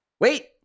Wait